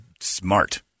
smart